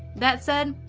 that said,